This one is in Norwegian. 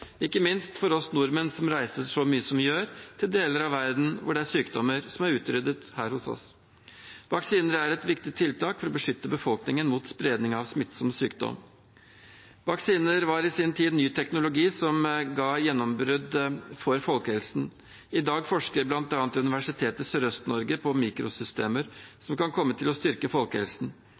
ikke minst for oss nordmenn, som reiser så mye som vi gjør til deler av verden hvor det er sykdommer som er utryddet her hos oss. Vaksiner er et viktig tiltak for å beskytte befolkningen mot spredning av smittsom sykdom. Vaksiner var i sin tid ny teknologi, som ga gjennombrudd for folkehelsen. I dag forsker bl.a. Universitetet i Sørøst-Norge på mikrosystemer som kan komme til å styrke folkehelsen.